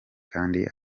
kandi